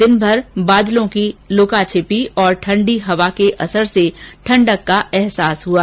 दिनभर बादलों की लुकाछिपी और ठंडी हवा के असर से ठंडक का अहसास हुआ